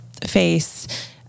face